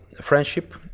friendship